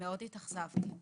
מאוד התאכזבתי.